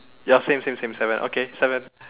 ya same same same seven okay seven